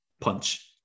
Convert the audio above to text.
punch